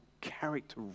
character